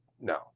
No